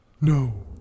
No